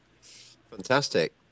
fantastic